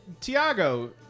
Tiago